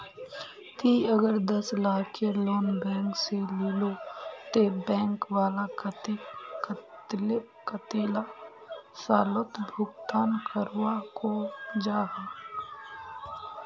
ती अगर दस लाखेर लोन बैंक से लिलो ते बैंक वाला कतेक कतेला सालोत भुगतान करवा को जाहा?